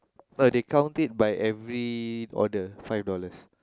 uh they count it by every order five dollar